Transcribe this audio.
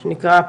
מה שנקרא,